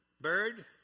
Bird